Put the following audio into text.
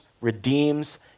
redeems